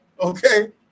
okay